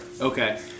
Okay